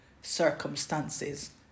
circumstances